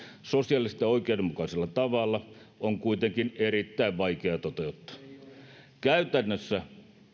sosiaalisesti oikeudenmukaisella tavalla on kuitenkin erittäin vaikea toteuttaa käytännössä